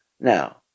Now